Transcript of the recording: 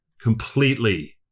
completely